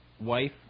wife